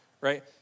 right